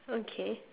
okay